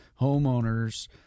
homeowners